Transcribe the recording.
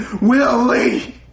Willie